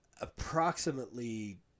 approximately